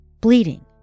bleeding